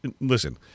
listen